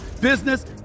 business